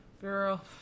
Girl